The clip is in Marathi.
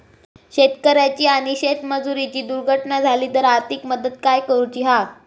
शेतकऱ्याची आणि शेतमजुराची दुर्घटना झाली तर आर्थिक मदत काय करूची हा?